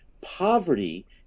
poverty